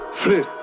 flip